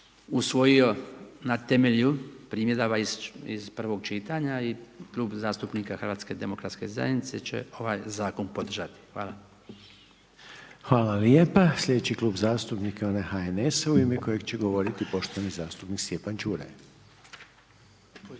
usvojio na temelju primjedaba iz prvog čitanja i Klub zastupnika HDZ-a će ovaj zakon podržati. Hvala. **Reiner, Željko (HDZ)** Hvala lijepa, slijedeći Klub zastupnika je onaj HNS-a u ime kojeg će govoriti poštovani zastupnik Stjepan Čuraj.